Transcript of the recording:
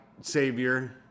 savior